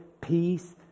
peace